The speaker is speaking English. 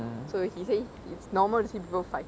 so he say it's normal to see people fight